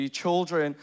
children